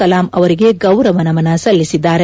ಕಲಾಂ ಅವರಿಗೆ ಗೌರವ ನಮನ ಸಲ್ಲಿಸಿದ್ದಾರೆ